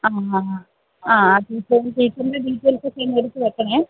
ആ ആ ആ ടീച്ചർ ടീച്ചറിൻ്റെ ഡീറ്റെയിൽസ് ഒക്കെ ഒന്നെടുത്തുവയ്ക്കണേ